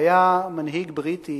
היה מנהיג בריטי